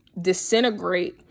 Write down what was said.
disintegrate